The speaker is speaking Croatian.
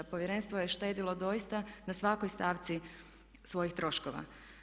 Povjerenstvo je štedjelo doista na svakoj stavci svojih troškova.